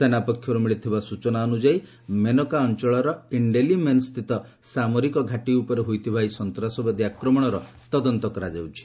ସେନା ପକ୍ଷରୁ ମିଳିଥିବା ସୂଚନା ଅନୁଯାୟୀ ମେନକା ଅଞ୍ଚଳର ଇଣ୍ଡେଲିମେନ୍ସ୍ଥିତ ସାମରିକ ଘାଟି ଉପରେ ହୋଇଥିବା ଏହି ସନ୍ତ୍ରାସବାଦୀ ଆକ୍ରମଣର ତଦନ୍ତ କରାଯାଉଛି